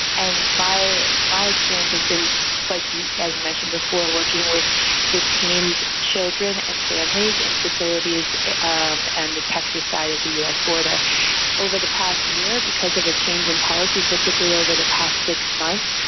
and my my experience has been like you, as you mentioned before, working with detained children and families and facilities of and the texas side of the u s. border over the past year because of a change in policy, particularly over the past six months,